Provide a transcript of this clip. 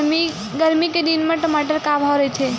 गरमी के दिन म टमाटर का भाव रहिथे?